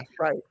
right